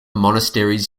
monasteries